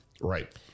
Right